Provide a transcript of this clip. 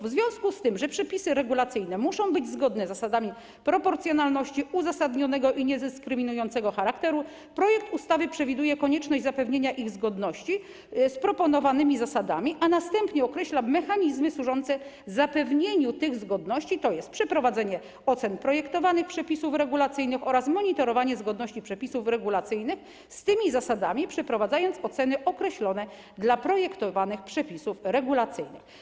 W związku z tym, że przepisy regulacyjne muszą być zgodne z zasadami proporcjonalności, uzasadnionego i dyskryminującego charakteru, projekt ustawy przewiduje konieczność zapewnienia ich zgodności z proponowanymi zasadami, a następnie określa mechanizmy służące zapewnieniu tej zgodności, tj. przeprowadzenie ocen projektowanych przepisów regulacyjnych oraz monitorowanie zgodności przepisów regulacyjnych z tymi zasadami - przeprowadzając oceny określone dla projektowanych przepisów regulacyjnych.